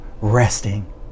resting